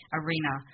arena